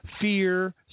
fear